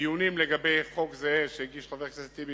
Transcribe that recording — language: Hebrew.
דיונים לגבי חוק זה שהגיש חבר הכנסת טיבי